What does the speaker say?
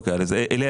אלה